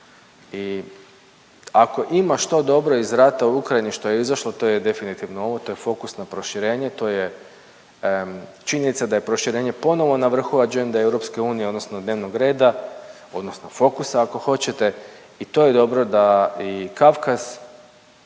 I ako ima što dobro iz rata u Ukrajini što je izašlo to je definitivno ovo, to je fokus na proširenje, to je činjenica da je proširenje ponovo na vrhu agende EU odnosno dnevnog reda odnosno fokusa ako hoćete i to je dobro da i Kavkaz